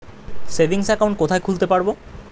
Savings account কোথায় খুলতে পারব?